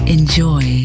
Enjoy